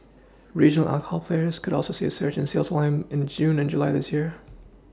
regional alcohol players could also see a surge in sales volumes in June and July this year